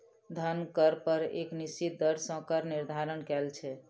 धन कर पर एक निश्चित दर सॅ कर निर्धारण कयल छै